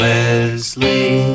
Leslie